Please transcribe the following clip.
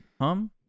Hum